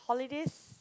holidays